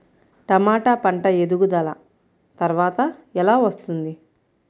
టమాట పంట ఎదుగుదల త్వరగా ఎలా వస్తుంది?